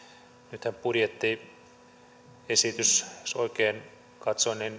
nythän budjettiesitys jos oikein katsoin